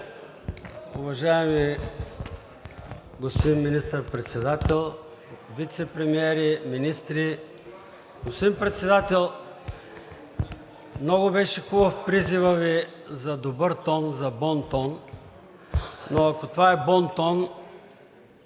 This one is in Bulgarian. уважаеми господин Министър-председател, вицепремиери, министри! Господин Председател, много беше хубав призивът Ви за добър тон, за бон тон, но ако това е бон тон,